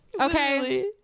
Okay